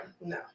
no